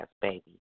baby